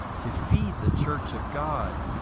to feed the church of god,